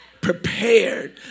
Prepared